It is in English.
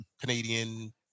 Canadian